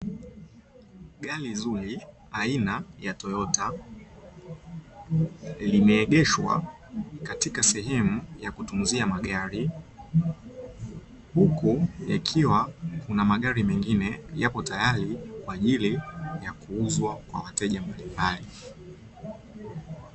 Gari zuri aina ya toyota limeegeshwa katika sehemu ya kutunzia magari, huku yakiwa kuna magari mengine yapo tayari kwa ajili ya kuuzwa kwa wateja mbalimbali.